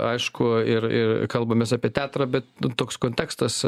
aišku ir ir kalbamės apie teatrą bet toks kontekstas